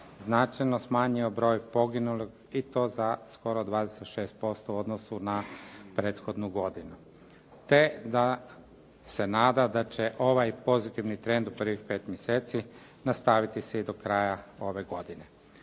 značajno smanjio broj poginulih i to za skoro 26% u odnosu na prethodnu godinu te da se nada da će ovaj pozitivni trend u prvih 5 mjeseci nastaviti se i do kraja ove godine.